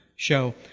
show